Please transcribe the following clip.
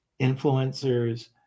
influencers